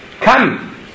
come